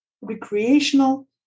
recreational